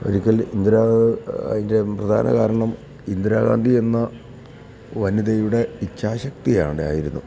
ഒരിക്കൽ ഇന്ദിരാ അതിൻ്റെ പ്രധാന കാരണം ഇന്ദിരാഗാന്ധി എന്ന വനിതയുടെ ഇച്ഛാശക്തിയാണ് ആയിരുന്നു